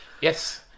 Yes